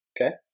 Okay